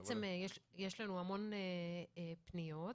יש לנו המון פניות,